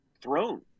throne